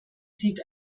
sieht